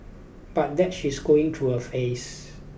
but that she's going through a phase